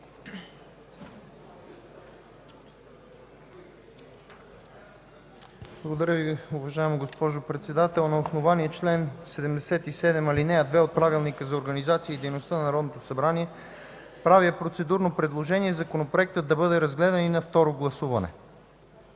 Благодаря Ви, уважаема госпожо Председател. На основание чл. 77, ал. 2 от Правилника за организацията и дейността на Народното събрание правя процедурно предложение Законопроектът да бъде разгледан днес и на второ гласуване.